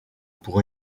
pour